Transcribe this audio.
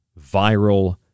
viral